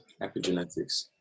Epigenetics